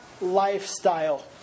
lifestyle